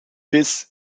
biss